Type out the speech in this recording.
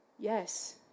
Yes